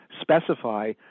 specify